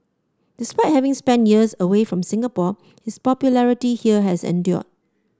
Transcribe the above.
despite having spent years away from Singapore his popularity here has endured